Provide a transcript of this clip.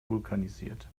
vulkanisiert